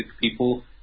people